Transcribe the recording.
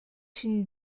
une